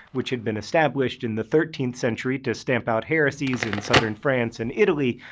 which had been established in the thirteenth century to stamp out heresies in southern france and italy.